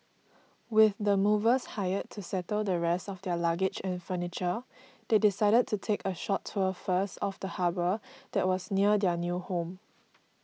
with the movers hired to settle the rest of their luggage and furniture they decided to take a short tour first of the harbour that was near their new home